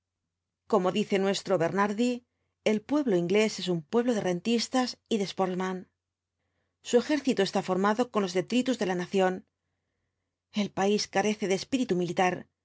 como dice nuestro bernhardi el pueblo inglés es un pueblo de rentistas y de sportsmans su ejército está formado con los detritus de la nación el país carece de espíritu militar